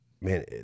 man